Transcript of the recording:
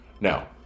Now